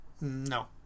no